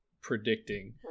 predicting